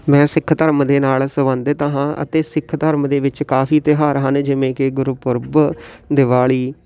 ਮੈਂ ਸਿੱਖ ਧਰਮ ਦੇ ਨਾਲ ਸੰਬੰਧਿਤ ਹਾਂ ਅਤੇ ਸਿੱਖ ਧਰਮ ਦੇ ਵਿੱਚ ਕਾਫੀ ਤਿਉਹਾਰ ਹਨ ਜਿਵੇਂ ਕਿ ਗੁਰਪੁਰਬ ਦਿਵਾਲੀ